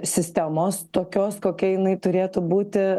sistemos tokios kokia jinai turėtų būti